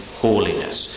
holiness